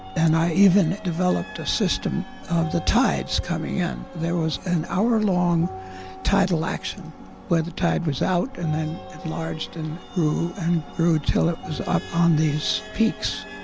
and i even developed a system of the tides coming in. there was an hour-long tidle action where the tide was out and then enlarged and grew and grew till it was up on these peaks.